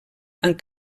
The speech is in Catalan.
amb